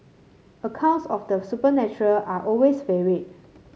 accounts of the supernatural are always varied